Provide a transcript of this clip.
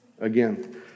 Again